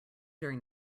during